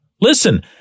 Listen